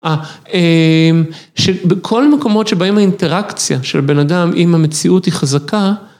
שבכל מקומות שבאים האינטראקציה של בן אדם, עם המציאות היא חזקה.